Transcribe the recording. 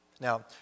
Now